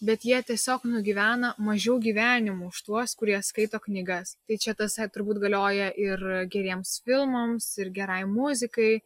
bet jie tiesiog nugyvena mažiau gyvenimų už tuos kurie skaito knygas tai čia tasai turbūt galioja ir geriems filmams ir gerai muzikai